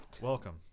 Welcome